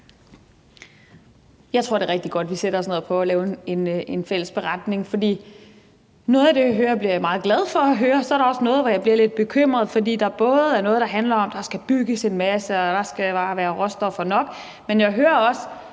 Jeg tror, det er rigtig godt, at vi sætter os ned og prøver at lave en fælles beretning. For noget af det, jeg hører, bliver jeg meget glad for at høre, og så er der også noget, hvor jeg bliver lidt bekymret, fordi der både er noget, der handler om, at der skal bygges en masse, og der skal bare være råstoffer nok, men jeg hører også,